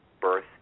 birth